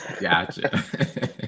Gotcha